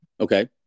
Okay